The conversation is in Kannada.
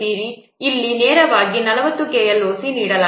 ಇಲ್ಲಿ ನೇರವಾಗಿ 40 KLOC ನೀಡಲಾಗಿದೆ